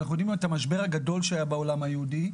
אנחנו יודעים על המשבר הגדול שהיה בעולם היהודי.